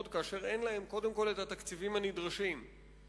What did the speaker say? כאשר אין להם קודם כול את התקציבים הנדרשים המינימליים,